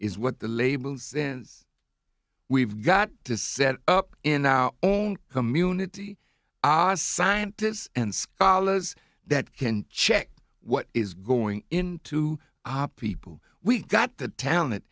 is what the labels and we've got to set up in our own community ah scientists and scholars that can check what is going into op people we've got the talent